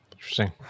interesting